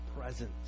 presence